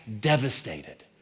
devastated